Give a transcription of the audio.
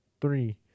three